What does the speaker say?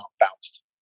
bounced